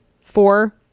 four